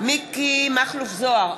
מכלוף מיקי זוהר,